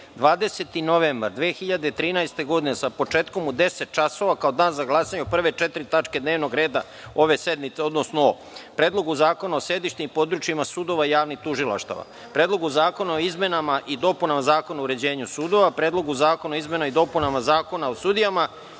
20. novembar 2013. godine, sa početkom u 10.00 časova, kao Dan za glasanje o prve četiri tačke dnevnog reda ove sednice, odnosno o: Predlogu zakona o sedištima i područjima sudova i javnih tužilaštava, Predlogu zakona o izmenama i dopunama Zakona o uređenju sudova, Predlogu zakona o izmenama i dopunama Zakona o sudijama